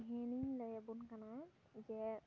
ᱛᱤᱦᱤᱱᱤᱧ ᱞᱟᱹᱭᱟᱵᱚᱱ ᱠᱟᱱᱟ ᱡᱮ